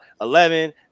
Eleven